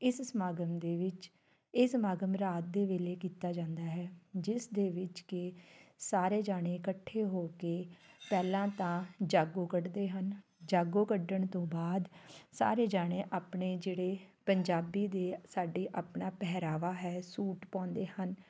ਇਸ ਸਮਾਗਮ ਦੇ ਵਿੱਚ ਇਹ ਸਮਾਗਮ ਰਾਤ ਦੇ ਵੇਲੇ ਕੀਤਾ ਜਾਂਦਾ ਹੈ ਜਿਸ ਦੇ ਵਿੱਚ ਕਿ ਸਾਰੇ ਜਾਣੇ ਇਕੱਠੇ ਹੋ ਕੇ ਪਹਿਲਾਂ ਤਾਂ ਜਾਗੋ ਕੱਢਦੇ ਹਨ ਜਾਗੋ ਕੱਢਣ ਤੋਂ ਬਾਅਦ ਸਾਰੇ ਜਾਣੇ ਆਪਣੇ ਜਿਹੜੇ ਪੰਜਾਬੀ ਦੇ ਸਾਡੇ ਆਪਣਾ ਪਹਿਰਾਵਾ ਹੈ ਸੂਟ ਪਾਉਂਦੇ ਹਨ